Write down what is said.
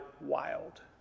Wild